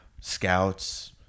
scouts